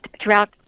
throughout